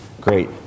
Great